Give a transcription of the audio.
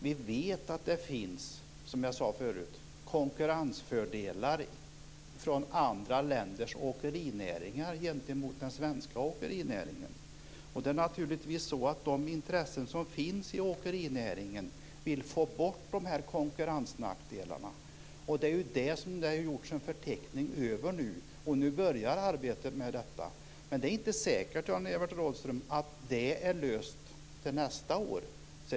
Vi vet att det finns konkurrensfördelar från andra länders åkerinäringar gentemot den svenska åkerinäringen. De intressen som finns i åkerinäringen vill få bort konkurrensnackdelarna. Det är detta som det har gjorts en förteckning över. Nu börjar arbetet med detta. Det är inte säkert, Jan-Evert Rådhström, att detta är löst till nästa år.